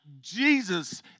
Jesus